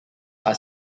are